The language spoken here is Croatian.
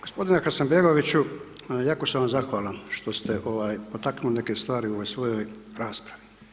Gospodine Hasanbegoviću, jako sam vam zahvalan što ste potaknuli neke stvari u ovoj svojoj raspravi.